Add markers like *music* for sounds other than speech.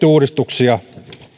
*unintelligible* uudistuksia